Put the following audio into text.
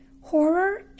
horror